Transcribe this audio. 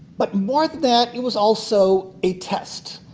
but more than that, it was also a test.